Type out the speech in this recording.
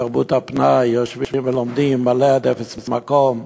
תרבות הפנאי, יושבים ולומדים, מלא עד אפס מקום.